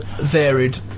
varied